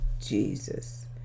Jesus